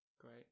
Great